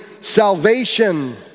salvation